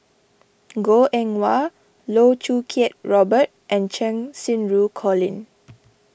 Goh Eng Wah Loh Choo Kiat Robert and Cheng Xinru Colin